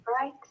right